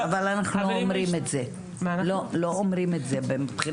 לא אומרים את זה.